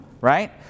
right